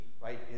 right